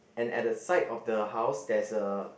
and at the side of the house there's a